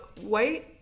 White